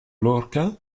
lorca